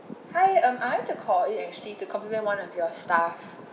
hi um I want to call in actually to compliment one of your staff